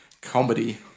comedy